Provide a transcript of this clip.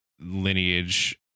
lineage